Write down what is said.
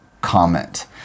comment